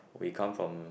we come from